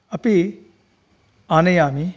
अपि आनयामि